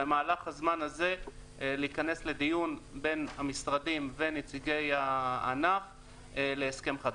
במהלך הזמן הזה להיכנס לדיון בין המשרדים ונציגי הענף להסכם חדש.